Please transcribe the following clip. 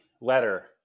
letter